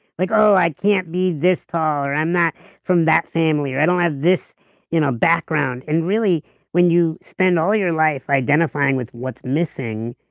like i can't be this tall, or i'm not from that family, or i don't have this you know background and really when you spend all your life identifying with what's missing,